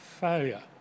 failure